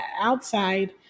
outside